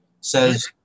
says